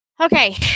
Okay